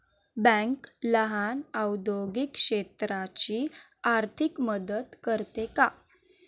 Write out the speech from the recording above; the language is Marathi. बँक लहान औद्योगिक क्षेत्राची आर्थिक मदत करते का?